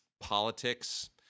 politics